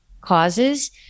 causes